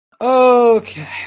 Okay